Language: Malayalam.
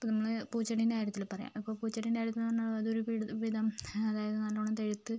ഇപ്പം നമ്മൾ പൂച്ചെടിൻ്റെ കാര്യത്തിൽ പറയാം അപ്പോൾ പൂച്ചെടിൻ്റെ കാര്യത്തിലെന്ന് പറഞ്ഞാൽ അതൊരു വിധം അതായത് നല്ലവണ്ണം തളിർത്ത്